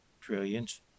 trillions